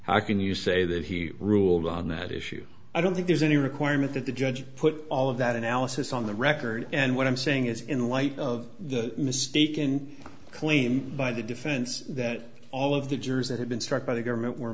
how can you say that he ruled on that issue i don't think there's any requirement that the judge put all of that analysis on the record and what i'm saying is in light of the mistaken claim by the defense that all of the jurors that had been struck by the government were